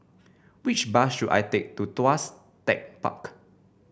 which bus should I take to Tuas Tech Park